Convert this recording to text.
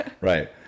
Right